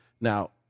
Now